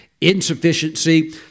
insufficiency